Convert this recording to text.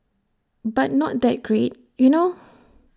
but not that great you know